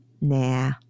Nah